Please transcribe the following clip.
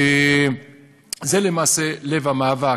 זה למעשה לב המאבק.